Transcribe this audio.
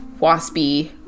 waspy